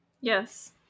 yes